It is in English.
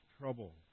trouble